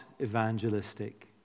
evangelistic